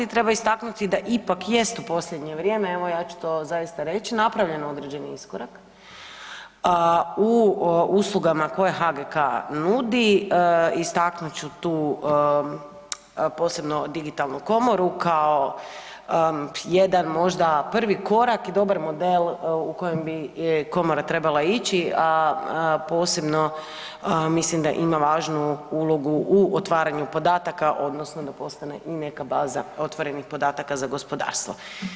I treba istaknuti da ipak jest u posljednje vrijeme, evo, ja ću to zaista reći, napravljen određeni iskorak u uslugama koje HGK nudi, istaknut ću tu posebno digitalnu Komoru kao jedan možda prvi korak i dobar model u kojem bi Komora trebala ići, a posebno mislim da ima važnu ulogu u otvaranju podataka, odnosno da postane i neka baza otvorenih podataka za gospodarstvo.